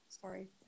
Sorry